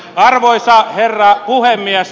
arvoisa herra puhemies